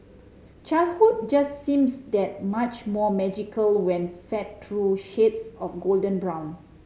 childhood just seems that much more magical when fed through shades of golden brown